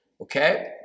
okay